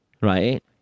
Right